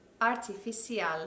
Artificial